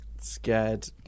scared